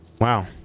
Wow